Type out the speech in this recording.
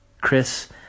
Chris